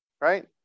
right